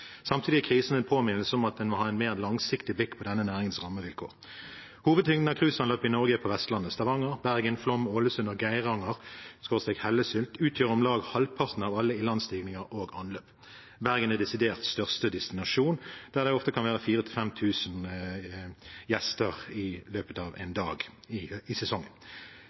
Samtidig er krisen en påminnelse om at en må ha et mer langsiktig blikk på denne næringens rammevilkår. Hovedtyngden av cruiseanløp i Norge er på Vestlandet. Stavanger, Bergen, Flåm, Ålesund og Geiranger/Hellesylt utgjør om lag halvparten av alle ilandstigninger og anløp. Bergen er desidert største destinasjon, der det ofte kan være 4 000–5 000 gjester i løpet av én dag i sesongen. I